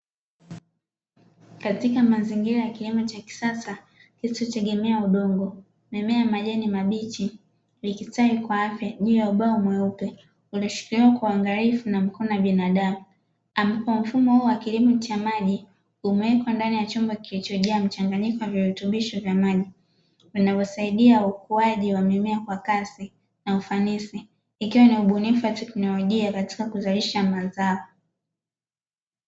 Katika mazingira ya kilimo cha kisasa, kisichotegemea udongo, mimea ya majani mabichi ikistawi kwa afya juu ya ubao mweupe, ulioshikiliwa kwa uangalifu na mkono wa binadamu, ambapo mfumo huo wa kilimo cha maji umewekwa ndani ya chumba kilichojaa mchanganyiko wa virutubisho vya maji, vinavyosaidia ukuaji wa mimea kwa kasi na ufanisi. Ikiwa ni ubunifu wa teknolojia katika kuzalisha mazao.